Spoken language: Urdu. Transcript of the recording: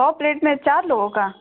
دو پلیٹ میں چار لوگوں کا